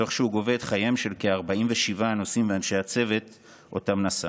תוך שהוא גובה את חייהם של כ-47 הנוסעים ואנשי הצוות שהוא נשא.